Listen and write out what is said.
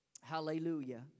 Hallelujah